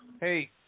Hey